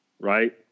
Right